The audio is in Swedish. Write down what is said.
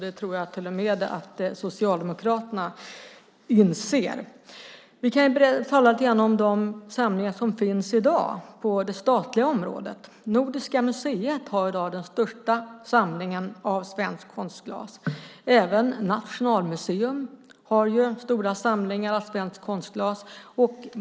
Det tror jag att till och med Socialdemokraterna inser. Vi kan tala lite grann om de samlingar som finns i dag på det statliga området. Nordiska museet har i dag den största samlingen av svenskt konstglas. Även Nationalmuseum har stora samlingar av svensk konstglas.